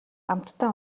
амттай